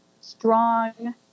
strong